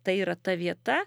tai yra ta vieta